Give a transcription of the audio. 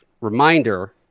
reminder